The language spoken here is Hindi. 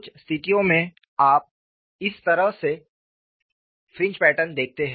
कुछ स्थितियों में आप इस तरह के फ्रिंज पैटर्न देखते हैं